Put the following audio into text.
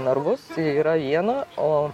narvus yra viena o